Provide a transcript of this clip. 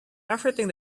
everything